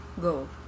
Go